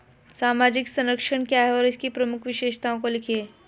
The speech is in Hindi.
सामाजिक संरक्षण क्या है और इसकी प्रमुख विशेषताओं को लिखिए?